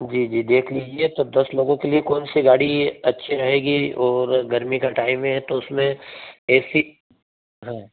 जी जी देख लीजिए तो दस लोगों के लिए कौन सी गाड़ी अच्छी रहेगी और गर्मी का टाइम है तो उस में ए सी है